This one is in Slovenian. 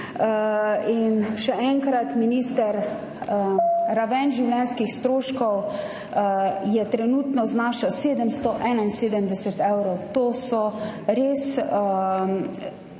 In še enkrat, minister, raven življenjskih stroškov trenutno znaša 771 evrov. To so res pomembni